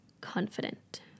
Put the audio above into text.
confident